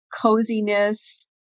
coziness